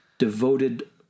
devoted